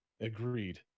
agreed